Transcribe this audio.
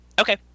Okay